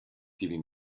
giving